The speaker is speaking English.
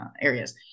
areas